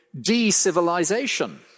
de-civilization